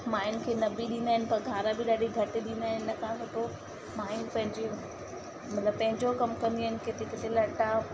मांइयुनि खे न बि ॾींदा आहिनि पघार बि ॾाढी घटि ॾींदा आहिनि हिनखां सुठो मांइयुनि पंहिंजियूं मतिलब पंहिंजो कम कंदी आहिनि किथे किथे लट्टा